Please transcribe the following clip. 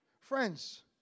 Friends